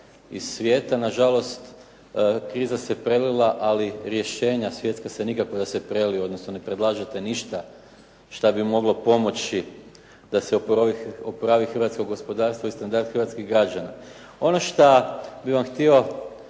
iz svijeta. Na žalost, kriza se prelila ali rješenja svjetska nikako da se preliju, odnosno ne predlažete ništa što bi moglo pomoći da se oporavi hrvatsko gospodarstvo i standard hrvatskih građana Ono što bih vam htio,